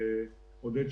עודד,